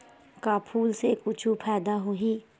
का फूल से कुछु फ़ायदा होही?